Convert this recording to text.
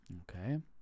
Okay